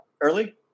Early